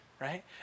Right